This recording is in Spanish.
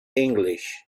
english